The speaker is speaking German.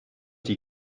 die